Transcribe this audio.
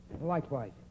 Likewise